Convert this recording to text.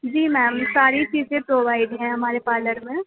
جی ma'am ساری چیزیں provide ہیں ہمارے پارلر میں